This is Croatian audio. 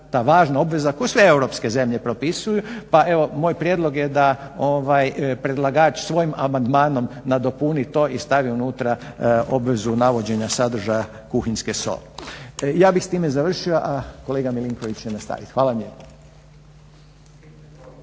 ta važna obveza koju sve europske zemlje propisuju. Pa evo moj prijedlog je da predlagač svojim amandmanom dopuni to i stavi unutra obvezu navođenja sadržaja kuhinjske soli. Ja bih s time završio, a kolega Milinković će nastavit. Hvala vam